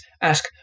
ask